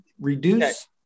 reduce